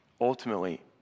Ultimately